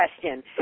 question